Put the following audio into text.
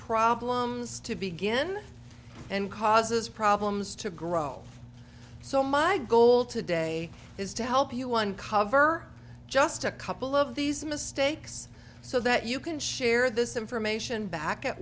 problems to begin and causes problems to grow so my goal today is to help you one cover just a couple of these mistakes so that you can share this information back at